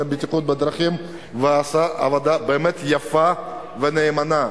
לבטיחות בדרכים ועשה עבודה באמת יפה ונאמנה.